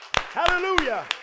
hallelujah